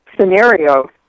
scenario